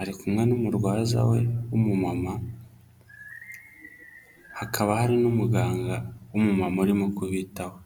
ari kumwe n'umurwaza we w'umumama, hakaba hari n'umuganga w'umumama urimo kubitaho.